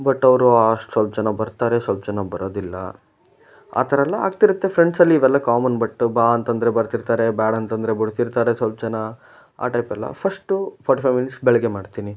but ಅವರು ಅಷ್ಟು ಸ್ವಲ್ಪ ಜನ ಬರ್ತಾರೆ ಸ್ವಲ್ಪ ಜನ ಬರೋದಿಲ್ಲ ಆ ಥರ ಎಲ್ಲ ಆಗ್ತಿರುತ್ತೆ ಫ್ರೆಂಡ್ಸಲ್ಲಿ ಇವೆಲ್ಲ ಕಾಮನ್ ಬಟ್ ಬಾ ಅಂತ ಅಂದ್ರೆ ಬರ್ತಿರ್ತಾರೆ ಬೇಡ ಅಂತ ಅಂದ್ರೆ ಬಿಡ್ತಿರ್ತಾರೆ ಸ್ವಲ್ಪ ಜನ ಆ ಟೈಪೆಲ್ಲ ಫಸ್ಟು ಫೋರ್ಟಿ ಫೈವ್ ಮಿನಿಟ್ಸ್ ಬೆಳಗ್ಗೆ ಮಾಡ್ತೀನಿ